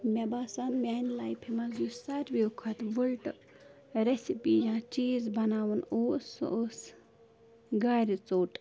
مےٚ باسان میٛانہِ لایفہِ منٛز یُس ساروِیو کھۄتہٕ وٕلٹہٕ رٮ۪سِپی یا چیٖز بَناوُن اوس سُہ اوس گارِ ژوٚٹ